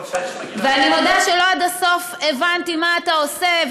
ואני מודה שלא עד הסוף הבנתי מה אתה עושה,